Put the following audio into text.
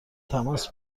تماس